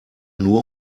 nur